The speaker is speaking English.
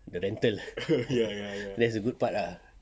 the rental that's the good part ah